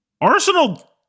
Arsenal